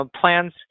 plans